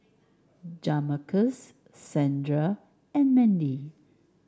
Jamarcus Sandra and Mandy